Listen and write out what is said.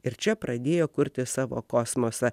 ir čia pradėjo kurti savo kosmosą